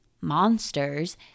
monsters